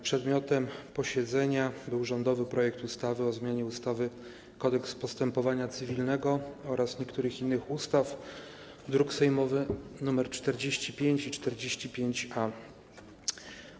Przedmiotem posiedzenia był rządowy projekt ustawy o zmianie ustawy Kodeks postępowania cywilnego oraz niektórych innych ustaw, druki sejmowe nr 45 i 45-A.